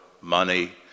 money